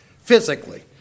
physically